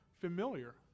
familiar